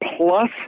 plus